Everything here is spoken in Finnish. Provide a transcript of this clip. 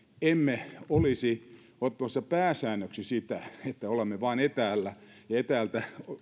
emme olisi ottamassa pääsäännöksi sitä että olemme vain etäällä ja ja etäältä